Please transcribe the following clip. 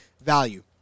value